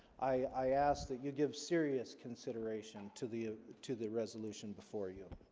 i ask that you give serious consideration to the to the resolution before you